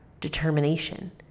determination